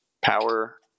power